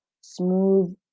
smooth